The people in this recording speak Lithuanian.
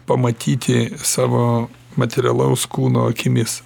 pamatyti savo materialaus kūno akimis